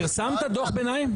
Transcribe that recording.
פרסמת דוח ביניים?